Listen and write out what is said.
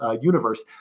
universe